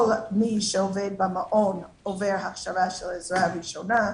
כל מי שעובד במעון עובר הכשרה של עזרה ראשונה.